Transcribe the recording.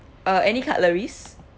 uh any cutleries